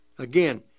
Again